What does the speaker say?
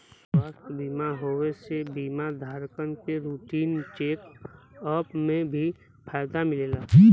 स्वास्थ्य बीमा होये से बीमा धारकन के रूटीन चेक अप में भी फायदा मिलला